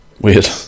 weird